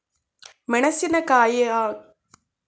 ಮೆಣಸಿನಕಾಯಿ ಕಳೆ ಕೀಳಲು ಉತ್ತಮ ಸಲಕರಣೆ ಬೆಲೆ ಎಷ್ಟಾಗಬಹುದು?